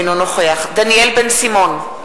אינו נוכח דניאל בן-סימון,